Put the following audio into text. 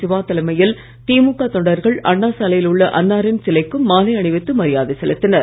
சிவா தலைமையில் திமுக தொண்டர்கள் அண்ணா சாலையில் உள்ள அன்னாரின் சிலைக்கு மாலை அணிவித்து மரியாதை செலுத்தினர்